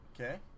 Okay